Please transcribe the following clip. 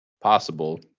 possible